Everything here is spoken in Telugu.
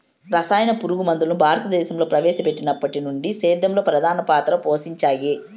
రసాయన పురుగుమందులు భారతదేశంలో ప్రవేశపెట్టినప్పటి నుండి సేద్యంలో ప్రధాన పాత్ర పోషించాయి